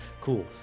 cool